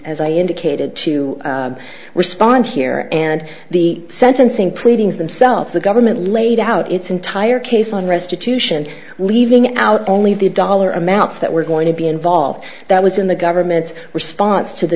as i indicated to respond here and the sentencing pleadings themselves the government laid out its entire case on restitution leaving out only the dollar amounts that were going to be involved that was in the government's response to the